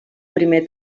primer